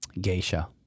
Geisha